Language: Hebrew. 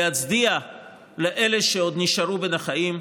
להצדיע לאלה שעוד נשארו בין החיים,